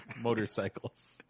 Motorcycles